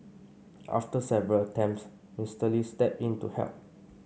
after several attempts Mister Lee stepped in to help